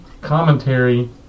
commentary